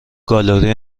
گالری